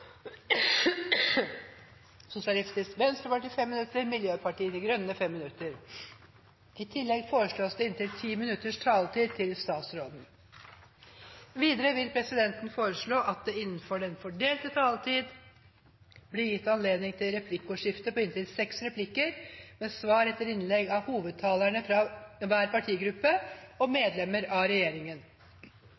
Sosialistisk Venstreparti 5 minutter og Miljøpartiet De Grønne 5 minutter. I tillegg foreslås det inntil 10 minutters taletid til statsråden. Videre vil presidenten foreslå at det blir gitt anledning til replikkordskifte på inntil seks replikker med svar etter innlegg av hovedtalerne fra hver partigruppe og medlemmer av regjeringen